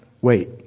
wait